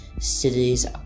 cities